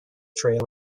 trail